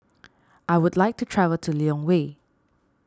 I would like to travel to Lilongwe